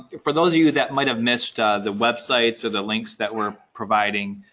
for those of you that might have missed ah the websites or the links that we're providing,